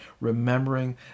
remembering